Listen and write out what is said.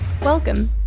Welcome